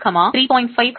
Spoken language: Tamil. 5 3 3